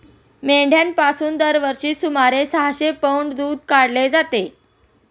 मेंढ्यांपासून दरवर्षी सुमारे सहाशे पौंड दूध काढले जाते